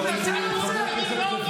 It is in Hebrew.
להתנצל על זה?